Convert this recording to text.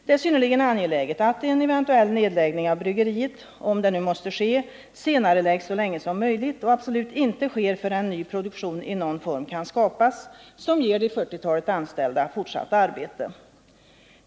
Det är synnerligen angeläget att en nedläggning av bryggeriet — om en sådan nu måste ske — senareläggs så länge som möjligt och absolut inte sker förrän ny produktion i någon form kan skapas, som ger de 40-talet anställda fortsatt arbete.